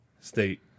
state